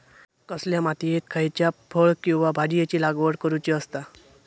कसल्या मातीयेत खयच्या फळ किंवा भाजीयेंची लागवड करुची असता?